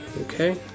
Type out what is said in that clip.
Okay